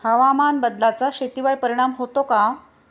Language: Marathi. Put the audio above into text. हवामान बदलाचा शेतीवर परिणाम होतो का?